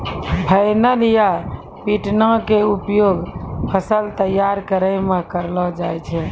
flail या पिटना के उपयोग फसल तैयार करै मॅ करलो जाय छै